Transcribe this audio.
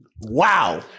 Wow